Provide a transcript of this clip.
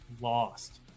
lost